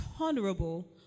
honorable